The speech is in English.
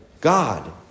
God